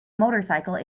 motorcycle